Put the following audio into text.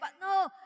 no